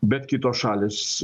bet kitos šalys